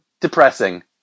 depressing